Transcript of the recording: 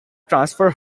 transfer